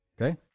Okay